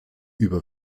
über